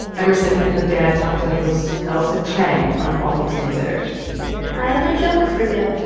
emerson and her dad talked to host ailsa chang on all things considered i have a joke for you.